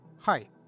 hi